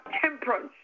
temperance